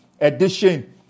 edition